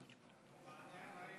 (אומר בערבית: